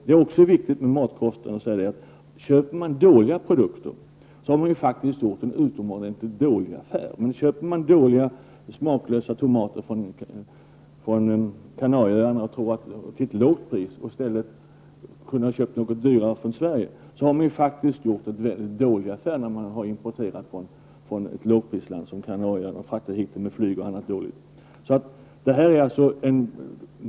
Det är när det gäller matkostnaderna också viktigt att säga att den som köper dåliga produkter gör en utomordentligt dålig affär. Import av dåliga och smaklösa men billiga tomater hitfraktade med flyg från ett lågprisområde som Kanarieöarna, i stället för köp av något dyrare tomater från Sverige, är en mycket dålig affär.